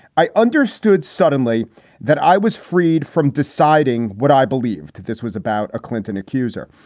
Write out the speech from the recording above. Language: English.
i understood suddenly that i was freed from deciding what i believed this was about a clinton accuser.